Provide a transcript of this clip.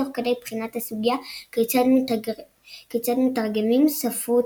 תוך כדי בחינת הסוגיה כיצד מתרגמים ספרות